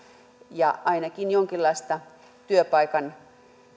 ja ainakin jonkinlaista työpaikan